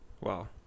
Wow